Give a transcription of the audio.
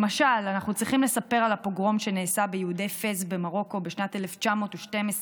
אנחנו צריכים לספר על הפוגרום שנעשה ביהודי פאס במרוקו בשנת 1912,